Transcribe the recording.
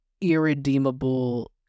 irredeemable